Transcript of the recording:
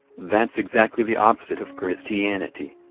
that's exactly the opposite of christianity.